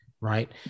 right